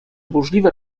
burzliwe